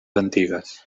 antigues